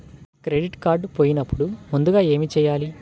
Credit card పోయినపుడు ముందుగా ఏమి చేయాలి?